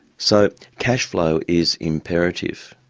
so cash flow is imperative.